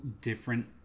different